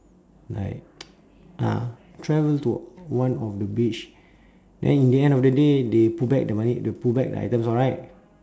like ah travel to one of the beach then in the end of the day they put back the money they'll put back the items all right